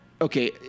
Okay